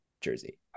jersey